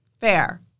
Fair